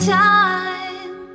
time